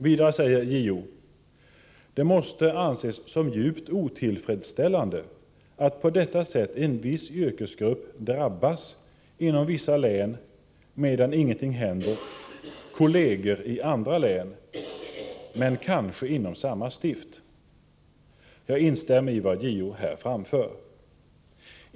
Vidare säger JO: Det måste anses som högst otillfredsställande att på detta sätt en viss yrkesgrupp ”drabbas” inom vissa län, medan ingenting händer kolleger i andra län . Jag instämmer i vad JO här anför.